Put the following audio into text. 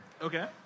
Okay